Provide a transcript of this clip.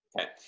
Okay